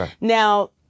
Now